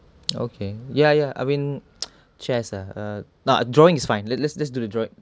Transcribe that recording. okay ya ya I mean chess uh err but drawing is fine let's let's let's do the drawing